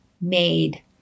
made